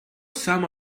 some